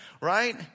Right